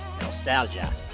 nostalgia